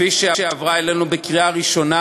כפי שעברה אלינו לקריאה ראשונה,